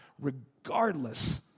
regardless